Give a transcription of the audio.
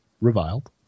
reviled